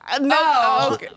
No